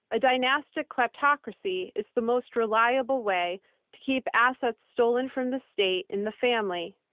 a dynastic kleptocracy is the most reliable way to keep assets stolen from the state in the family.